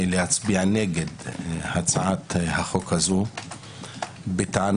להצביע נגד הצעת החוק הזו בטענה,